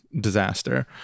disaster